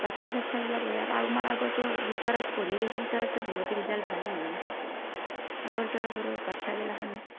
বাটচ্ছা চাত্ছাগিলা পঢ়ে আৰু আওমাৰ আগতো যিটো আৰু পঢ়ি গৈছে সিটো আৰুতো বহুতেই ৰিজাল্ট ভালে হৈ গৈছে আগৰটো আৰু বোৰো বাটচ্ছাগিলাখান